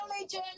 Legion